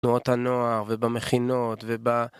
בתנועות הנוער ובמכינות וב...